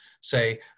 say